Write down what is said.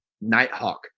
nighthawk